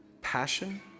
passion